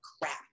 crap